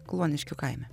kluoniškių kaime